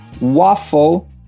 waffle